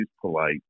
polite